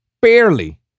barely